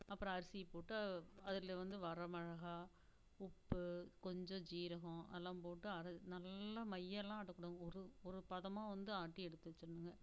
அப்புறம் அரிசியை போட்டு அதில் வந்து வர மிளகா உப்பு கொஞ்சம் சீரகம் அதெல்லாம் போட்டு அது நல்லா மையலான் ஆட்டக்கூடாது ஒரு ஒரு பதமாக வந்து ஆட்டி எடுத்து வச்சுடணுங்க